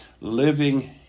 living